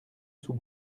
sous